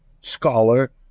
scholar